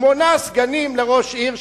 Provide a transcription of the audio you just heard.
שמונה סגנים לראש עיר,